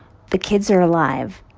the kids are alive.